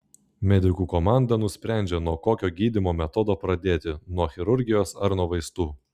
medikų komanda nusprendžia nuo kokio gydymo metodo pradėti nuo chirurgijos ar nuo vaistų